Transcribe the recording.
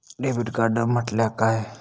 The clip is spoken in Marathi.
डेबिट कार्ड म्हटल्या काय?